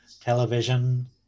television